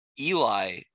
Eli